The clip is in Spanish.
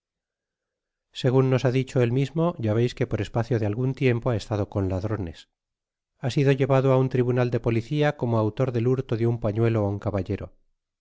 segun nos ha dicho él mismo ya veis que por espacio de algun tiempo ha estado con ladrones ha sido llevado á un tribunal de policia como autor del hurto de un pañuelo á un caballero